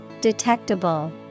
Detectable